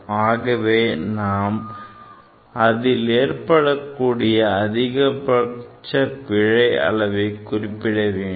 ஆகவே நாம் அதில் ஏற்படக்கூடிய அதிகபட்ச பிழை அளவை குறிப்பிட வேண்டும்